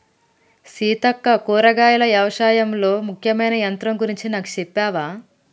సీతక్క కూరగాయలు యవశాయంలో ముఖ్యమైన యంత్రం గురించి నాకు సెప్పవా